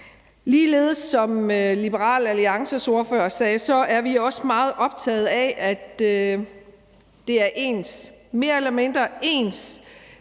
Ligeledes er vi, som Liberal Alliances ordfører også sagde, meget optaget af, at det er mere eller mindre ens